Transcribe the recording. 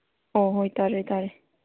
ꯑꯣ ꯍꯣꯏ ꯇꯥꯔꯦ ꯇꯥꯔꯦ